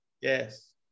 yes